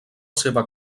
seva